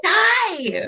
die